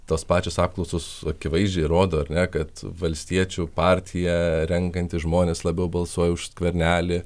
tos pačios apklausos akivaizdžiai rodo kad valstiečių partiją renkantys žmonės labiau balsuoja už skvernelį